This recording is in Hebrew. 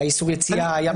היה איסור יציאה.